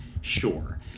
sure